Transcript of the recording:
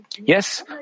Yes